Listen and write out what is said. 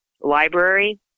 library